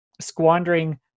squandering